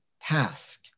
task